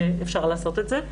אפשר לעשות את זה,